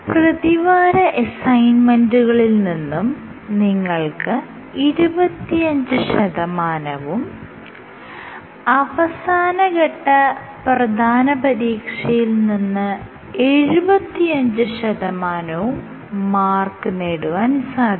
പ്രതിവാര അസൈൻമെന്റുകളിൽ നിന്ന് നിങ്ങൾക്ക് 25 ശതമാനവും അവസാനഘട്ട പ്രധാന പരീക്ഷയിൽ നിന്ന് 75 ശതമാനവും മാർക്ക് നേടുവാൻ സാധിക്കും